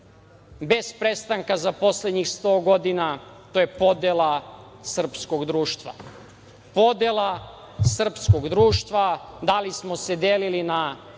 bez prestanka za poslednjih 100 godina, to je podela srpskog društva. Podela srpskog društva, da li smo se delili na